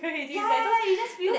ya ya ya you just feel that